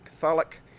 catholic